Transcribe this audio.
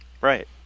Right